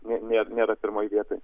ne nė nėra pirmoj vietoj